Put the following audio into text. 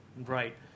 right